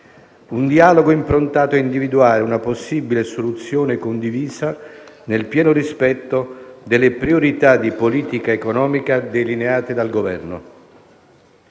Un dialogo improntato a individuare una possibile soluzione condivisa nel pieno rispetto delle priorità di politica economica delineate dal Governo.